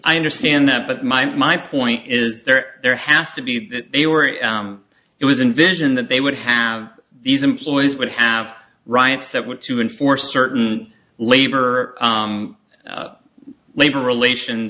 i understand that but my my point is they're there has to be that they were it was in vision that they would have these employees would have riots that were to enforce certain labor labor relations